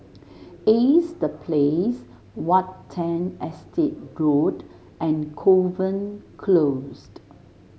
Ace The Place Watten Estate Road and Kovan Close